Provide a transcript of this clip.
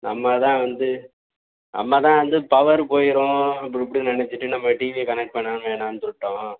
நம்ம தான் வந்து நம்ம தான் வந்து பவர் போயிரும் அப்படி இப்படி நினைச்சிட்டு நம்ம டிவியை கனெக்ட் பண்ண வேணாம்னு சொல்லிடுடோம்